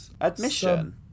admission